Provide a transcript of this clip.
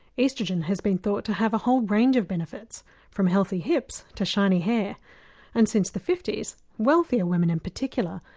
oestrogen has been thought to have a whole range of benefits from healthy hips to shiny hair and since the fifty s, wealthier women in particular,